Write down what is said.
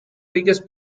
biggest